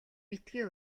битгий